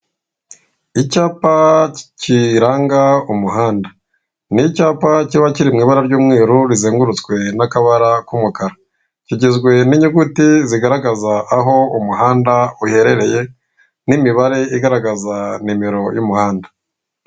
Icyapa kiranga umuhanda ni icyapa kiba kiri mu ibara ry'umweru rizengurutswe n'akabara k'umukara kigizwe n'inyuguti zigaragaza aho umuhanda uherereye nimibare igaragaza nimero y'umuhanda.